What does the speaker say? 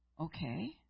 okay